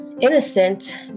innocent